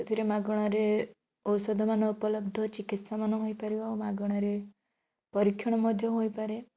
ସେଥିରେ ମାଗଣାରେ ଔଷଧ ମାନ ଉପଲବ୍ଧ ଚିକିତ୍ସା ମାନ ହୋଇପାରିବ ଓ ମାଗଣାରେ ପରୀକ୍ଷଣ ମଧ୍ୟ ହୋଇପାରେ